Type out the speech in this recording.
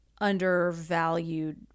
undervalued